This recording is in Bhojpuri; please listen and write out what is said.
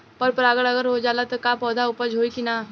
पर परागण अगर हो जाला त का पौधा उपज होई की ना?